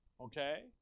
Okay